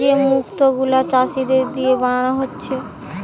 যে মুক্ত গুলা চাষীদের দিয়ে বানানা হচ্ছে